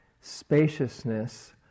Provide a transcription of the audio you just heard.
spaciousness